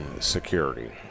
security